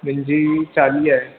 मुंहिंजी चालीह आहे